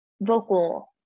vocal